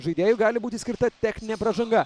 žaidėjui gali būti skirta techninė pražanga